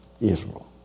Israel